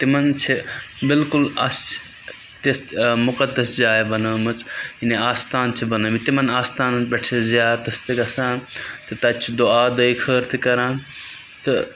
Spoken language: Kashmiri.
تِمَن چھِ بالکُل اَسہِ تِژھ مُقدس جاے بَنٲومٕژ یعنی آستان چھِ بَنٲومٕتۍ تِمَن آستانَن پٮ۪ٹھ چھِ أسۍ زیارتَس تہِ گژھان تہٕ تَتہِ چھِ دُعا دٲے خٲر تہِ کَران تہٕ